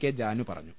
K Janu പറ ഞ്ഞു